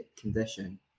condition